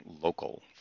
local